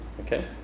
okay